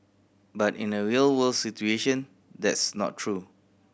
but in a real world situation that's not true